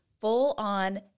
full-on